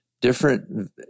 Different